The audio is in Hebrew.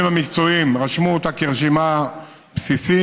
הגורמים המקצועיים רשמו אותה כרשימה בסיסית.